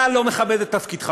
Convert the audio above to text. אתה לא מכבד את תפקידך,